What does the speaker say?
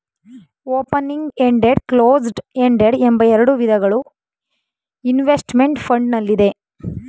opening ended, closed ended ಎಂಬ ಎರಡು ವಿಧಗಳು ಇನ್ವೆಸ್ತ್ಮೆಂಟ್ ಫಂಡ್ ನಲ್ಲಿದೆ